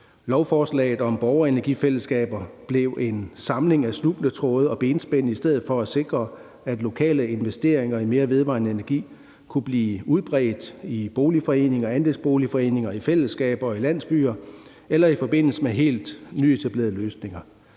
Lovforslaget om borgerenergifællesskaber blev en samling af snubletråde og benspænd i stedet for at sikre, at lokale investeringer i mere vedvarende energi kunne blive udbredt i boligforeninger, i andelsboligforeninger, i fællesskaber og i landsbyer eller i forbindelse med helt nyetablerede løsninger